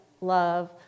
love